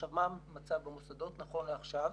עכשיו, מה המצב במוסדות נכון לעכשיו.